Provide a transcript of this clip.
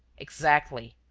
exactly.